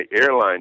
airline